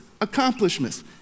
accomplishments